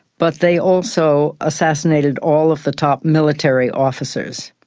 but they also assassinated all of the top military officers.